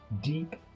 deep